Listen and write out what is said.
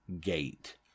Gate